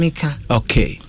Okay